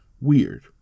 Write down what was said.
Weird